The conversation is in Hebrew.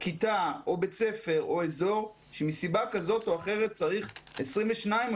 כיתה או בית ספר או אזור שמסיבה כזו או אחרת צריך 22 או